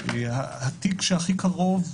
התיק שהכי קרוב,